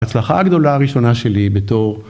ההצלחה הגדולה הראשונה שלי בתור